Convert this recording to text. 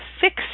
fix